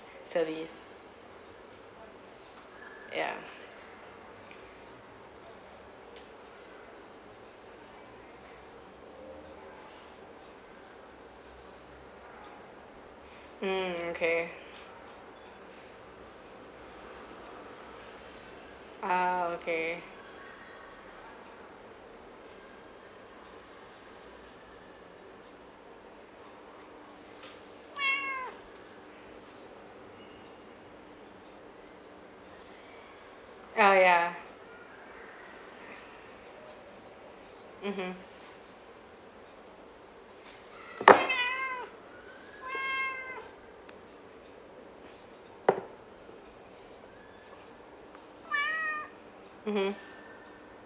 service yeah mm okay ah okay uh yeah mmhmm mmhmm